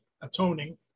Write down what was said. atoning